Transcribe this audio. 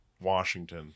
Washington